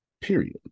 Period